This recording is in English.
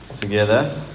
together